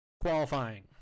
qualifying